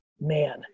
man